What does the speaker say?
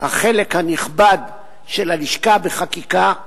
החלק הנכבד של הלשכה בחקיקה,